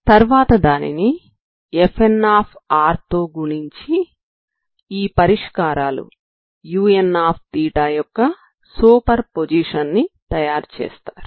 తర్వాత దానిని Fnr తో గుణించి ఈ పరిష్కారాలు unθ యొక్క సూపర్ పొజిషన్ ని తయారుచేస్తారు